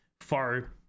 far